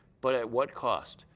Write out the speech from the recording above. but at what cost.